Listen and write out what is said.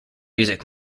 music